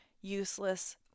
useless